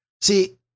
See